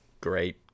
great